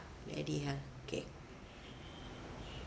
ready ha okay